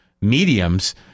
mediums